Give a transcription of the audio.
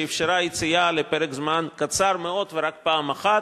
שאפשרה יציאה לפרק זמן קצר מאוד ורק פעם אחת.